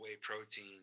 protein